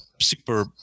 super